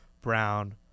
brown